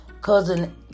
cousin